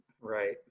Right